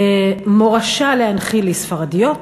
"מורשה להנחיל" לספרדיות,